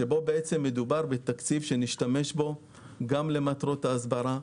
תקציב שנשתמש בו גם למטרות הסברה,